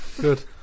Good